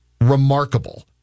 remarkable